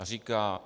Říká: